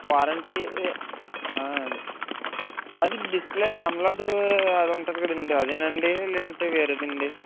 warranty అది అది display AMOLED అది ఉంటుంది కదండి అదే అండి లేదంటే వేరేదా అండి